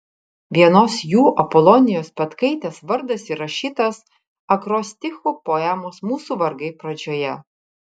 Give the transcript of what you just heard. vienos jų apolonijos petkaitės vardas įrašytas akrostichu poemos mūsų vargai pradžioje